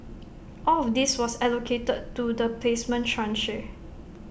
all of this was allocated to the placement tranche